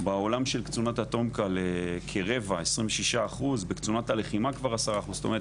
בעולם של קצונה ואטם קל ,26% בקצונה ולחימה כבר 10%. זאת אומרת,